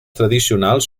tradicionals